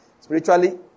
Spiritually